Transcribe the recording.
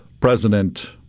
President